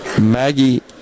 Maggie